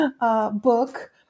book